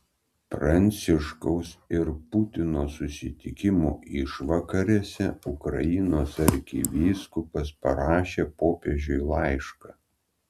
pranciškaus ir putino susitikimo išvakarėse ukrainos arkivyskupas parašė popiežiui laišką